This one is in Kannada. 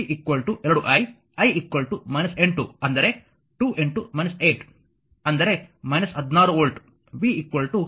ಆದ್ದರಿಂದ v ವಾಸ್ತವವಾಗಿ v 2 i i 8 ಅಂದರೆ 2 8 ಅಂದರೆ 16 ವೋಲ್ಟ್